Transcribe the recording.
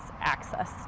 access